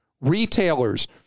Retailers